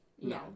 No